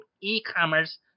e-commerce